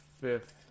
fifth